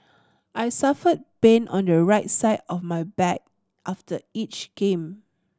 I suffer pain on your right side of my back after each game